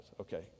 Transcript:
Okay